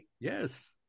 Yes